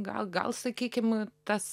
gal gal sakykim tas